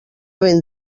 vent